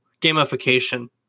gamification